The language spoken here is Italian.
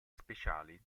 speciali